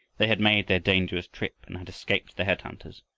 they had made their dangerous trip and had escaped the head-hunters,